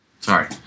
Sorry